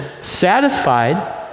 satisfied